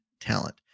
talent